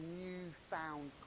newfound